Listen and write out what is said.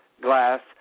glass